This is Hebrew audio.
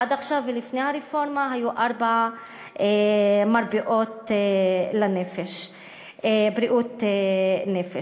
עד עכשיו ולפני הרפורמה היו ארבע מרפאות לבריאות נפש.